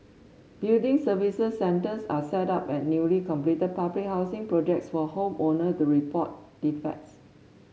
building services centres are set up at newly completed public housing projects for home owner to report defects